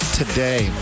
today